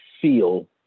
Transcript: feel